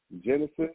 Genesis